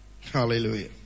Hallelujah